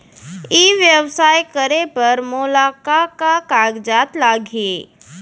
ई व्यवसाय करे बर मोला का का कागजात लागही?